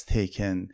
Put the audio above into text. taken